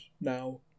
now